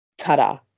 Ta-da